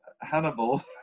Hannibal